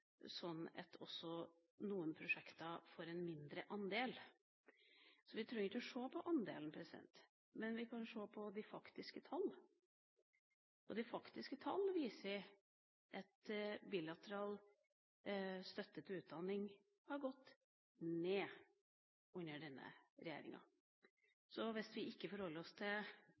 at noen prosjekter får en mindre andel. Så vi trenger ikke se på andelen, men vi kan se på de faktiske tallene, og de viser at den bilaterale støtten til utdanning har gått ned under denne regjeringa. Hvis vi ikke forholder oss